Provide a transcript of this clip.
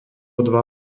dva